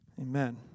Amen